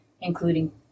including